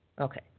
Okay